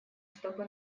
чтобы